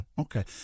okay